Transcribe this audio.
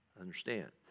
understand